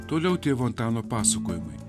toliau tėvo antano pasakojimai